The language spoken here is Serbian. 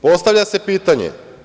Postavlja se pitanje.